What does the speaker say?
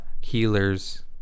healers